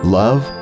love